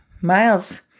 Miles